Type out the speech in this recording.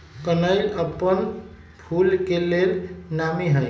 कनइल अप्पन फूल के लेल नामी हइ